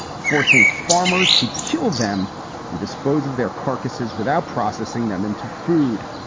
forcing farmers to kill them and dispose of their carcasses without processing them into food.